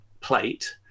plate